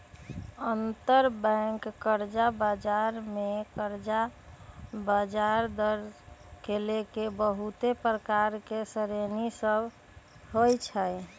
अंतरबैंक कर्जा बजार मे कर्जा आऽ ब्याजदर के लेल बहुते प्रकार के श्रेणि सभ होइ छइ